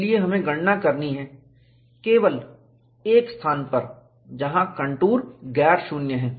इसलिए हमें गणना करनी है केवल एक स्थान पर जहां कंटूर गैर शून्य है